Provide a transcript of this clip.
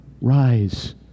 rise